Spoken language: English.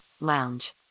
Lounge